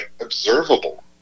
observable